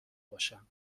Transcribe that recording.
باشم